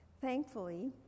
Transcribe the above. Thankfully